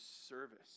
service